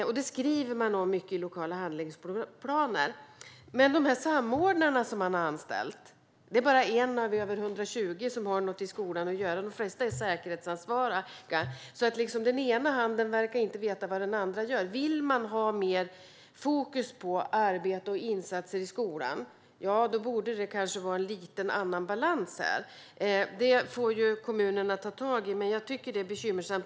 Och man skriver mycket om det i lokala handlingsplaner. Men när det gäller de samordnare som man har anställt är det bara 1 av över 120 som har något i skolan att göra. De flesta är säkerhetsansvariga. Den ena handen verkar alltså inte veta vad den andra gör. Vill man ha mer fokus på arbete och insatser i skolan borde det kanske vara en annan balans. Det får kommunerna ta tag i, men jag tycker att det är bekymmersamt.